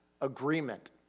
agreement